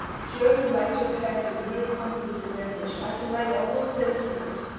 german, like japanese, is a very convoluted language. i can write a whole sentence